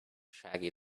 shaggy